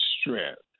strength